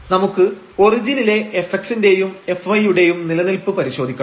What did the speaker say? fxy█0 xy≠01 xy0┤ നമുക്ക് ഒറിജിനിലെ fx ന്റെയും fy യുടെയും നിലനിൽപ്പ് പരിശോധിക്കണം